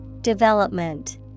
Development